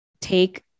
take